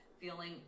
feeling